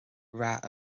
rath